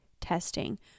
testing